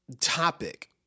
topic